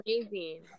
amazing